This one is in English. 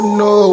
no